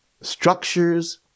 structures